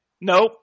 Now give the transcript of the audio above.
Nope